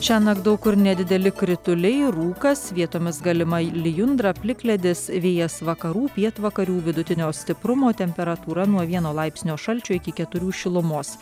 šiąnakt daug kur nedideli krituliai rūkas vietomis galima lijundra plikledis vėjas vakarų pietvakarių vidutinio stiprumo temperatūra nuo vieno laipsnio šalčio iki keturių šilumos